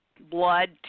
Blood